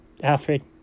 Alfred